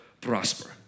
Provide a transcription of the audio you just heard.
prosper